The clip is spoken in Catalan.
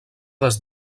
des